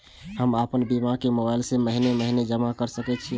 हम आपन बीमा के मोबाईल से महीने महीने जमा कर सके छिये?